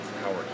Howard